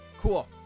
Cool